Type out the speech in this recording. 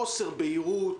חוסר בהירות,